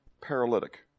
paralytic